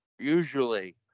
Usually